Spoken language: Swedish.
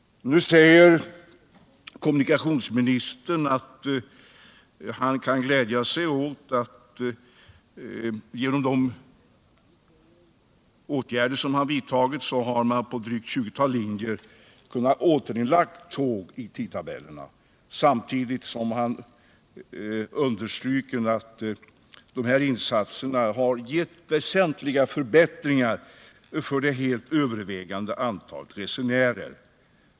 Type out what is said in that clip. Nu säger kommunikationsministern att han kan glädja sig åt att SJ genom de åtgärder som vidtagits har kunnat återinlägga tåg i tidtabellerna på ett drygt 20-tal linjer. Kommunikationsministern understryker också att de insatser som gjorts har medfört väsentliga förbättringar för det helt övervägande antalet resenärer.